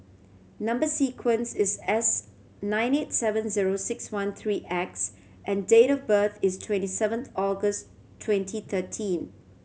number sequence is S nine eight seven zero six one three X and date of birth is twenty seven August twenty thirteen